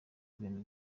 ibintu